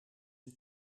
een